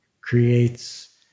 creates